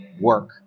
work